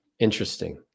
Interesting